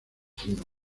sino